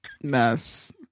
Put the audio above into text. Mess